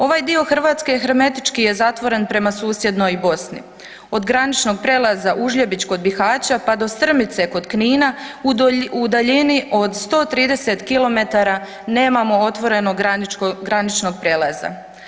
Ovaj dio Hrvatske hermetički je zatvoren prema susjednoj Bosni, od graničnog prijelaza Užljebić kod Bihaća pa do Strmice kod Knina, u daljini od 130 km nemamo otvoreno graničnog prijelaza.